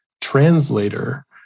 translator